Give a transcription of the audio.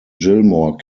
gilmore